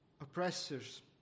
oppressors